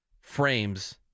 frames